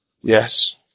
Yes